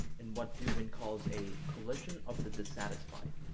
in what dugin calls a coalition of the dissatisfied.